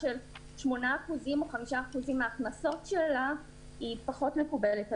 של 8% או 5% מהכנסות שלה היא פחות מקובלת עלינו.